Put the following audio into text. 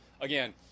Again